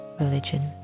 religion